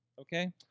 Okay